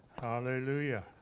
Hallelujah